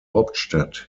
hauptstadt